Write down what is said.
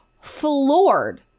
floored